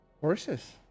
horses